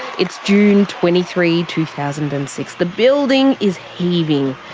it's june twenty three, two thousand and six. the building is heaving.